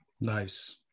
nice